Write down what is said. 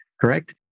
Correct